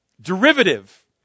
Derivative